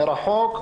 מרחוק,